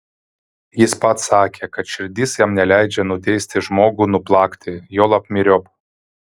jis pats sakė kad širdis jam neleidžia nuteisti žmogų nuplakti juolab myriop